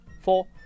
four